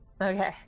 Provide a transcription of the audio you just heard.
Okay